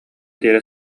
диэри